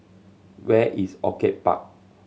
where is Orchid Park